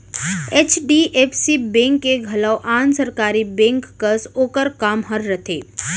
HDFC bank के घलौ आन सरकारी बेंक कस ओकर काम ह रथे